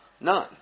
None